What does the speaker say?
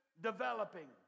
developing